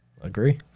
Agree